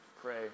pray